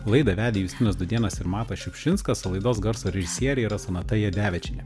laidą vedė justinas dudėnas ir matas šiupšinskas o laidos garso režisierė yra sonata jadevičienė